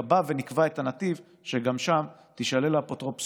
ונקבע את הנתיב שגם שם תישלל האפוטרופסות.